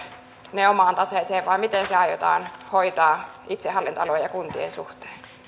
ne omaan taseeseensa vai miten se aiotaan hoitaa itsehallintoalueen ja kuntien suhteen